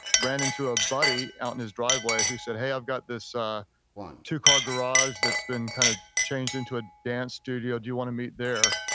ran into a buddy out in his driveway who said hey i've got this two car garage that's been kind of changed into a dance studio, do you want to meet there?